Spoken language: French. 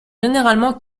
généralement